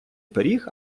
пиріг